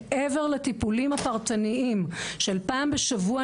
מעבר לטיפולים הפרטניים של פעם בשבוע,